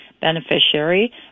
beneficiary